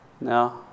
No